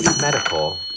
medical